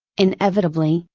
inevitably,